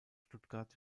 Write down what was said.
stuttgart